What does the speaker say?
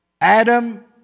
Adam